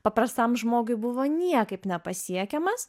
paprastam žmogui buvo niekaip nepasiekiamas